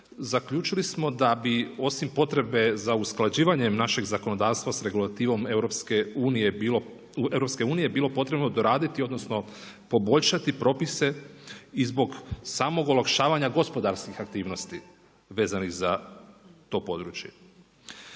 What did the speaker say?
zaključili smo da bi osim potrebe za usklađivanjem našeg zakonodavstva sa regulativom EU bilo potrebno doraditi odnosno poboljšati propise i zbog samog olakšavanja gospodarskih aktivnosti vezanih za to područje.